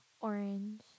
orange